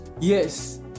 Yes